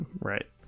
Right